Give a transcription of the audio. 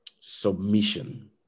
Submission